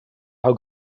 how